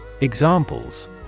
Examples